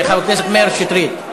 חבר הכנסת מאיר שטרית,